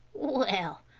well,